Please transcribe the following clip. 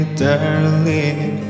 darling